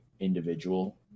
individual